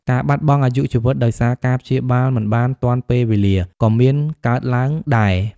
ការបាត់បង់អាយុជីវិតដោយសារការព្យាបាលមិនបានទាន់ពេលវេលាក៏មានកើតឡើងដែរ។